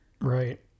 right